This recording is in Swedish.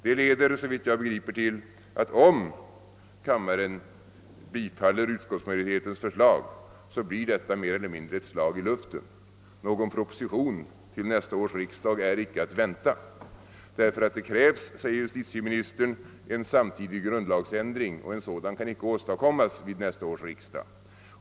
Det leder såvitt jag begriper till att om kammaren bifaller utskottsmajoritetens förslag, blir detta mer eller mindre ett slag i luften. Någon proposition till nästa års riksdag är icke att vänta därför att det krävs, säger justitieministern, en samtidig grundlagsändring, och en sådan kan icke åstadkommas vid nästa års riksdag.